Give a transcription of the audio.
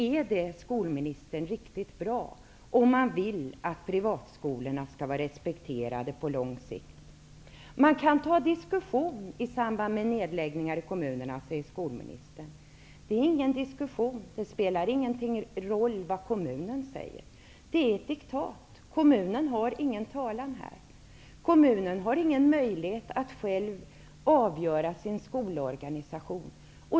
Är det riktigt bra, skolministern, om man vill att privatskolorna skall vara respekterade på lång sikt? Vi kan ta diskussion i samband med nedläggningar i kommunerna, säger skolministern. Det är ingen diskussion. Det spelar ingen roll vad kommunen säger. Det är ett diktat. Kommunen har ingen talan här. Kommunen har ingen möjlighet att själv avgöra sin skolorganisation.